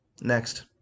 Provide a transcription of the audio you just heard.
Next